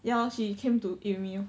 ya lor she came with me lor